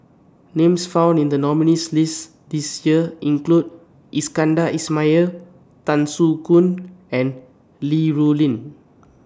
Names found in The nominees' list This Year include Iskandar Ismail Tan Soo Khoon and Li Rulin